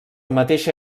mateixa